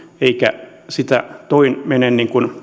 eikä siinä mene